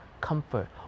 comfort